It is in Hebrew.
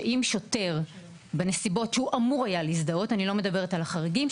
שאם שוטר בנסיבות שהוא אמור היה להזדהות - אני לא מדברת על החריגים,